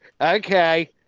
okay